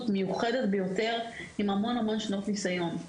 מיוחדת ביותר עם המון המון שנות ניסיון.